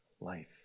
life